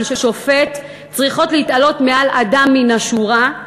שופט צריכות להתעלות מעל אדם מן השורה,